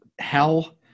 hell